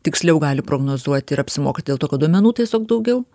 tiksliau gali prognozuoti ir apsimoko dėl to kad duomenų tiesiog daugiau